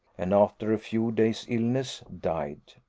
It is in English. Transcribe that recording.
and, after a few days' illness, died.